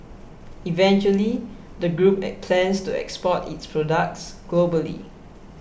eventually the group plans to export its products globally